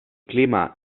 clima